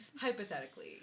hypothetically